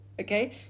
okay